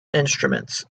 instruments